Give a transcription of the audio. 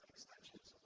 extensions